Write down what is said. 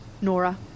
Nora